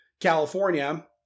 California